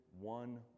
one